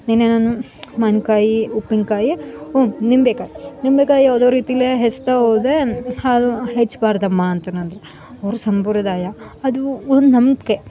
ನಿನ್ನೆ ನಾನು ಮಾವಿನಕಾಯಿ ಉಪ್ಪಿನಕಾಯಿ ಹ್ಞೂ ನಿಂಬೆಕಾಯಿ ನಿಂಬೆಕಾಯಿ ಯಾವುದೋ ರೀತಿಲಿ ಹೆಚ್ಚುತ್ತಾ ಹೋದೆ ಅದು ಹೆಚ್ಬಾರ್ದಮ್ಮ ಅಂತ ಅಂದ್ರು ಅವ್ರ ಸಂಪ್ರದಾಯ ಅದು ಒಂದು ನಂಬಿಕೆ